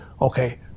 okay